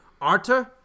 Arter